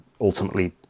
ultimately